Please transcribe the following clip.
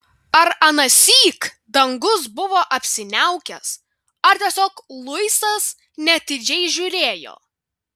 ar anąsyk dangus buvo apsiniaukęs ar tiesiog luisas neatidžiai žiūrėjo